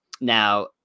now